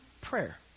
prayer